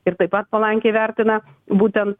ir taip pat palankiai vertina būtent